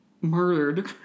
murdered